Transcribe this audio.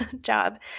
job